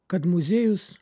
kad muziejus